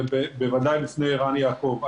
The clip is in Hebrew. ובוודאי בפני ערן יעקב.